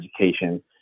education